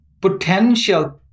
potential